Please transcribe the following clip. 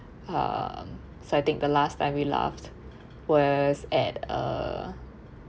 uh so I think the last time we laughed was at a